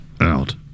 Out